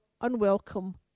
unwelcome